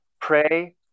Pray